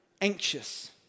anxious